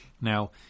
Now